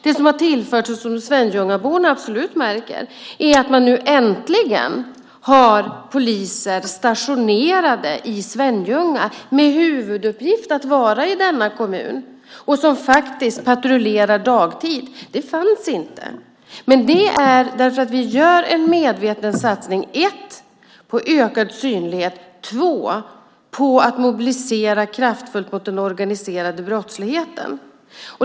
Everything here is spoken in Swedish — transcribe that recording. Det som har tillförts och som Svenljungaborna absolut märker är att man nu äntligen har poliser stationerade i Svenljunga med huvuduppgift att vara i denna kommun och som patrullerar dagtid. Det fanns inte tidigare. Vi gör en medveten satsning för det första på ökad synlighet, för det andra på att mobilisera kraftfullt mot den organiserade brottsligheten.